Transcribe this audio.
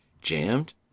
jammed